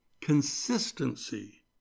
consistency